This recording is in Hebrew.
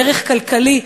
בערך כלכלי,